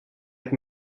hebt